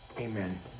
Amen